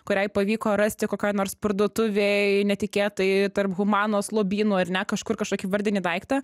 kuriai pavyko rasti kokioj nors parduotuvėj netikėtai tarp humanos lobynų ar ne kažkur kažkokį vardinį daiktą